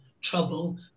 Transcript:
trouble